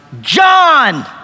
John